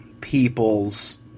people's